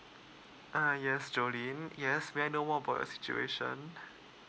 uh yes joline yes may I know more about your situation